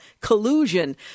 collusion